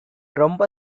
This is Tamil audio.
ரொம்ப